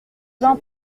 jean